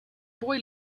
boy